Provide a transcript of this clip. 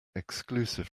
exclusive